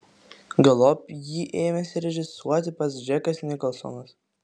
galop jį ėmėsi režisuoti pats džekas nikolsonas